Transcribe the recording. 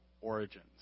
origins